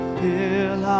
fill